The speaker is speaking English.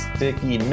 Sticky